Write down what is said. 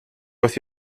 with